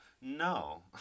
No